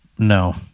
No